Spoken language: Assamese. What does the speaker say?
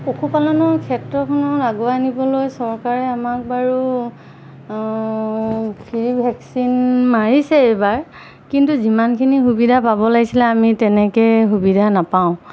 পশুপালনৰ ক্ষেত্ৰখনত আগুৱাই নিবলৈ চৰকাৰে আমাক বাৰু ফ্ৰী ভেকচিন মাৰিছে এইবাৰ কিন্তু যিমানখিনি সুবিধা পাব লাগিছিলে আমি তেনেকৈ সুবিধা নাপাওঁ